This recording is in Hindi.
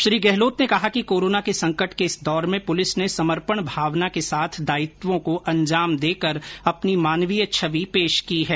श्री गहलोत ने कहा कि कोरोना के संकट के इस दौर में पुलिस ने समर्पण भावना के साथ दायित्वों को अंजाम देकर अपनी मानवीय छवि पेश की है